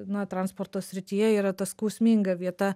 na transporto srityje yra ta skausminga vieta